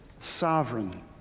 sovereign